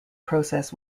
process